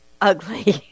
ugly